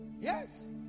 Yes